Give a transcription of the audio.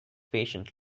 patient